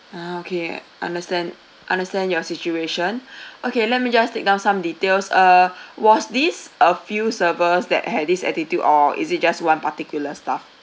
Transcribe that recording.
ah okay understand understand your situation okay let me just take down some details uh was this a few servers that had this attitude or is it just one particular staff